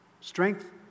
strength